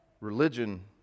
Religion